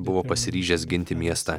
buvo pasiryžęs ginti miestą